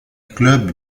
club